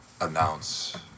announce